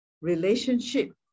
relationship